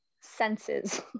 senses